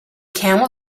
camel